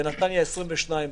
בנתניה 22%,